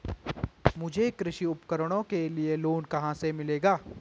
मुझे कृषि उपकरणों के लिए लोन कहाँ से मिलेगा?